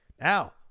now